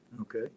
okay